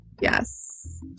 Yes